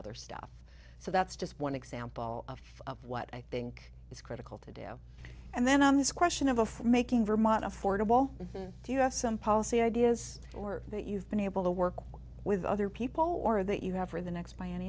other stuff so that's just one example of what i think is critical to do and then on this question of a for making vermont affordable then do you have some policy ideas or that you've been able to work with other people or that you have for the next